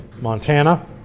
Montana